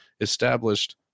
established